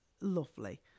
lovely